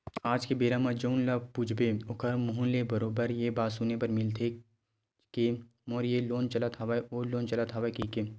आज के बेरा म जउन ल पूछबे ओखर मुहूँ ले बरोबर ये बात सुने बर मिलथेचे के मोर ये लोन चलत हवय ओ लोन चलत हवय कहिके